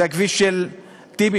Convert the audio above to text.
זה הכביש של טיבי,